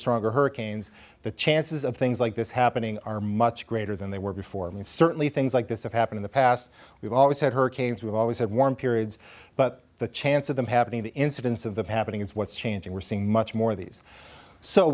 stronger hurricanes the chances of things like this happening are much greater than they were before and certainly things like this happen in the past we've always had hurricanes we've always had warm periods but the chance of them happening the incidence of that happening is what's changing we're seeing much more of these so